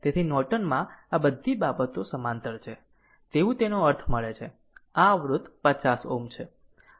તેથી નોર્ટનમાં આ બધી બાબતો સમાંતર છે તેવું તેનો અર્થ મળે છે આ અવરોધ 50 Ω છે